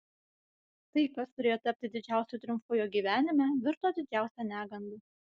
tai kas turėjo tapti didžiausiu triumfu jo gyvenime virto didžiausia neganda